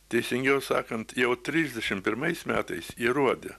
teisingiau sakant jau trisdešim pirmais metais įrodė